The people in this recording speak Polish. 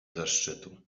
zaszczytu